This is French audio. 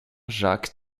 jacques